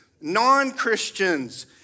non-Christians